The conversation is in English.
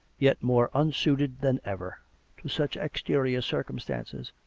yet more unsuited than ever to such exterior circumstances.